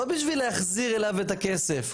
לא בשביל להחזיר אליו את הכסף,